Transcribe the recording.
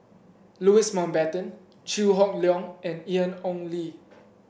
Louis Mountbatten Chew Hock Leong and Ian Ong Li